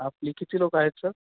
आपली किती लोक आहेत सर